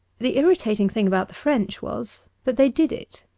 the irritating thing about the french was that they did it.